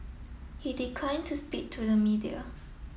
he declined to speak to the media